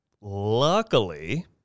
luckily